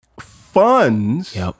funds